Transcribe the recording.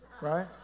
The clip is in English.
Right